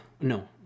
no